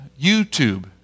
YouTube